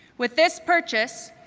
with this purchase,